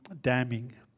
damning